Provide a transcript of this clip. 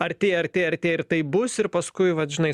artėja artėja artėja ir taip bus ir paskui vat žinai